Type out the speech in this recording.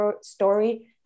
story